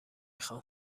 خوام